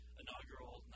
inaugural